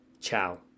Ciao